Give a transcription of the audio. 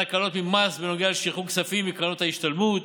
הקלות ממס בנוגע לשחרור כספים מקרנות השתלמות